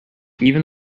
even